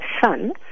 Son